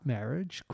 Marriage